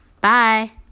Bye